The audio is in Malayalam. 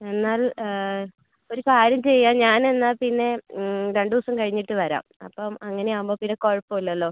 എന്നാൽ ഒരു കാര്യം ചെയ്യാ ഞാൻ എന്നാൽ പിന്നെ രണ്ട് ദിവസം കഴിഞ്ഞിട്ട് വരാം അപ്പം അങ്ങനെ ആകുമ്പം പിന്നെ കുഴപ്പം ഇല്ലല്ലോ